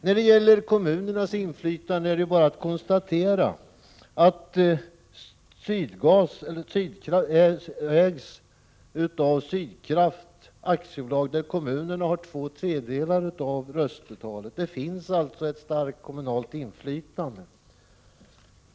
När det gäller kommunernas inflytande är det bara att konstatera att Sydgas ägs av Sydkraft AB, där kommunerna har två tredjedelar av röstetalet. Det finns alltså ett starkt kommunalt inflytande.